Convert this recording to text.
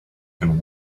can